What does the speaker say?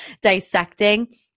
dissecting